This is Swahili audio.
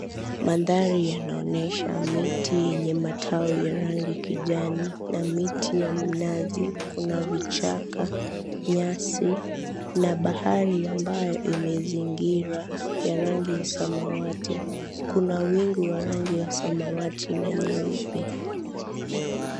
Mandhari yanaonyesha miti yenye matawi ya rangi ya kijani na miti ya mnazi. Kuna vichaka, nyasi na bahari ambayo imezingira ya rangi ya samawati. Kuna wingi wa rangi ya samawati na nyeupe.